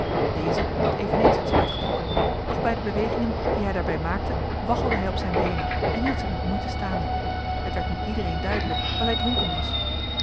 deze had eveneens het zwaard getrokken doch bij de bewegingen die hij daarbij maakte waggelde hij op zijne beenen en hield zich met moeite staande t werd nu iedereen duidelijk dat hij dronken was